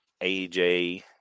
AJ